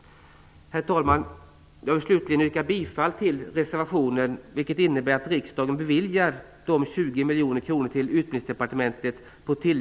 Slutligen vill jag yrka bifall till reservationen, vilket innebär att riksdagen beviljar de 20 miljoner kronorna till